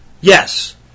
Yes